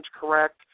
correct